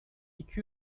iki